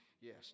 Yes